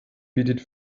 bietet